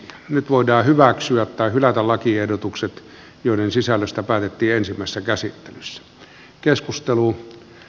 nyt voidaan hyväksyä tai hylätä lakiehdotukset joiden sisällöstä päätettiin ensimmäisessä käsittelyssä